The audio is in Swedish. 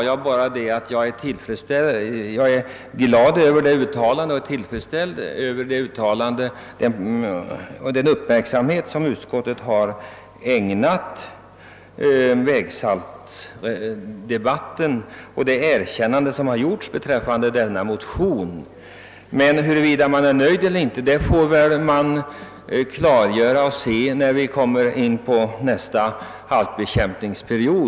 Jag sade att jag var glad över detta uttalande och tillfredsställd med den uppmärksamhet som utskottet ägnat vägsaltdebatten och det erkännande som gjorts beträffande motionen. Men huruvida vi är nöjda eller inte får vi klart för oss när vi kommer in på nästa halkbekämpningsperiod.